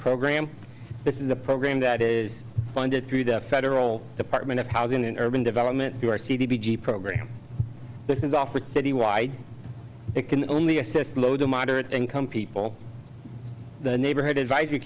program this is a program that is funded through the federal department of housing and urban development through our c d g program this is offered citywide it can only assist low to moderate income people the neighborhood advisory